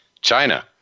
China